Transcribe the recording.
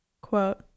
Quote